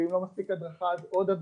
ואם לא מספיק הדרכה אז עוד הדרכה.